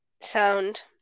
Sound